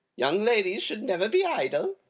young ladies should never be idle.